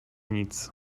nic